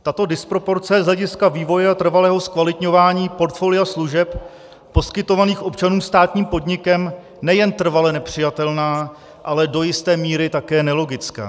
Tato disproporce je z hlediska vývoje a trvalého zkvalitňování portfolia služeb poskytovaných občanů státním podnikem nejen trvale nepřijatelná, ale do jisté míry také nelogická.